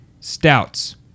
stouts